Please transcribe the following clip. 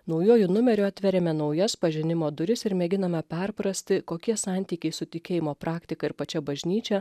naujuoju numeriu atveriame naujas pažinimo duris ir mėginame perprasti kokie santykiai su tikėjimo praktika ir pačia bažnyčia